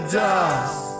dust